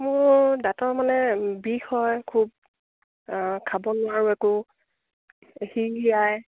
মোৰ দাঁতৰ মানে বিষ হয় খুব খাব নোৱাৰোঁ একো সিৰসিৰাই